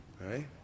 right